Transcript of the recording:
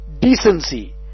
decency